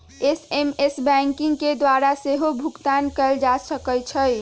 SMS banking के द्वारा सेहो भुगतान कएल जा सकै छै